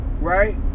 right